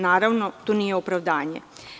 Naravno, to nije opravdanja.